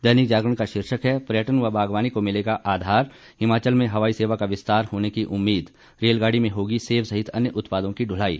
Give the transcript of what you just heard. दैनिक जागरण का शीर्षक है पर्यटन व बागवानी को मिलेगा आधार हिमाचल में हवाई सेवा का विस्तार होने की उम्मीद रेलगाड़ी में होगी सेब सहित अन्य उत्पादों की ढुलाई